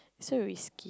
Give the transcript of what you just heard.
it's so risky